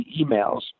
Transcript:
emails